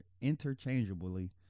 interchangeably